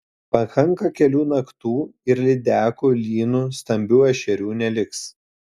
pakanka kelių naktų ir lydekų lynų stambių ešerių neliks